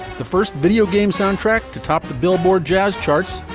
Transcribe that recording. the first video game soundtrack to top the billboard jazz charts.